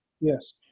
Yes